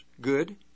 good